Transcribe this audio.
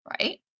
right